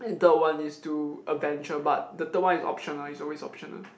and third one is to adventure but the third one is optional is always optional